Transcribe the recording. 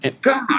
God